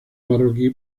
marroquí